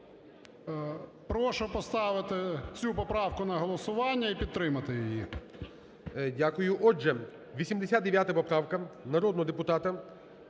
Прошу поставити цю поправку на голосування і підтримати її.